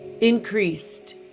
increased